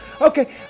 Okay